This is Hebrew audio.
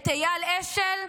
את אייל אשל,